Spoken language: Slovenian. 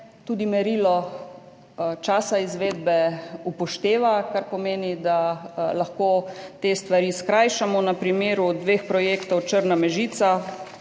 tudi merilo časa izvedbe upošteva, kar pomeni, da lahko te stvari skrajšamo na primeru dveh projektov, Črna–Mežica,